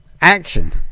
action